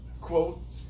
quote